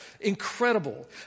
incredible